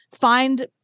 find